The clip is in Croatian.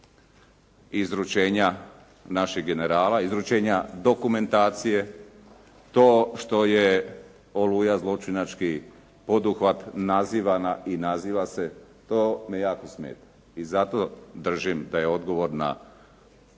izručenja naših generala, izručenja dokumentacije, to što je "Oluja" zločinački poduhvat nazivana i naziva se, to me jako smeta. I zato držim da je odgovor na